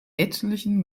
etlichen